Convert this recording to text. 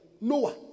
Noah